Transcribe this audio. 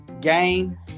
Game